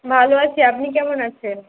ভালো আছি আপনি কেমন আছেন